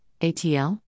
ATL